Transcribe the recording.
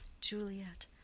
Juliet